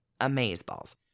Amazeballs